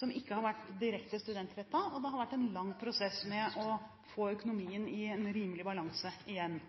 som ikke har vært direkte studentrettet. Det har vært en lang prosess med å få økonomien i rimelig balanse igjen.